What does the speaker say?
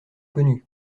connus